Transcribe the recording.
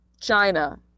China